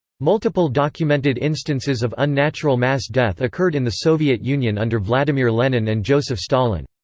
multiple documented instances of unnatural mass death occurred in the soviet union under vladimir lenin and joseph stalin.